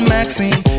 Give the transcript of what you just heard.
Maxine